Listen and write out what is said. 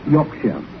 Yorkshire